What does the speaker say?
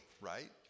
right